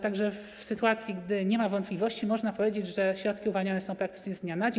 Tak że w sytuacji, gdy nie ma żadnych wątpliwości, można powiedzieć, że środki uwalniane są praktycznie z dnia na dzień.